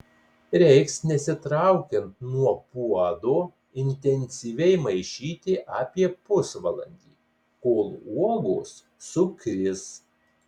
reiks nesitraukiant nuo puodo intensyviai maišyti apie pusvalandį kol uogos sukris